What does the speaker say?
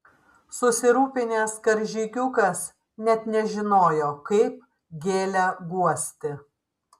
susirūpinęs karžygiukas net nežinojo kaip gėlę guosti